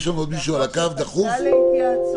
יש עוד מישהו דחוף על הקו?